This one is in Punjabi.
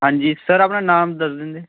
ਹਾਂਜੀ ਸਰ ਆਪਣਾ ਨਾਮ ਦੱਸ ਦਿੰਦੇ